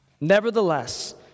Nevertheless